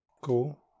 Cool